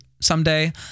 someday